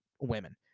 women